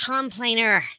Complainer